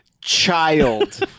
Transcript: Child